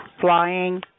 flying